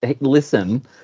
listen